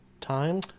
time